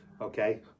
okay